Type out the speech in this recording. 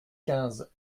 quinze